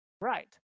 right